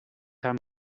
tell